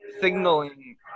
signaling